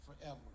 forever